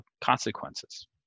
consequences